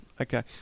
Okay